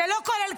זה לא כולל,